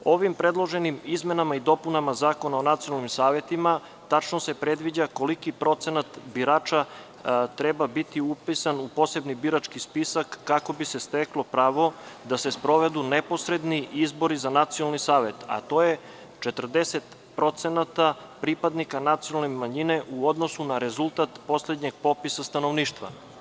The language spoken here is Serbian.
Ovim predloženim izmenama i dopunama Zakona o nacionalnim savetima tačno se predviđa koliki procenat birača treba da bude upisan u posebni birački spisak, kako bi se steklo pravo da se sprovedu neposredni izbori za Nacionalni savet, a to je 40% pripadnika nacionalne manjine u odnosu na rezultat poslednjeg popisa stanovništva.